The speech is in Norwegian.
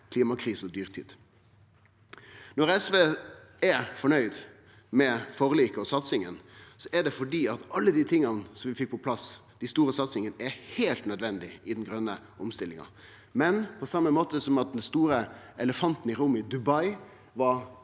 klimakrise og dyrtid. Når SV er fornøgd med forliket og satsinga, er det fordi at alle dei tinga som vi fekk på plass, dei store satsingane, er heilt nødvendige i den grøne omstillinga, men på same måte som den store elefanten i rommet i Dubai var